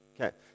okay